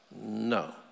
No